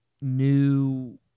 new